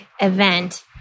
event